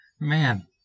Man